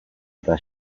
eta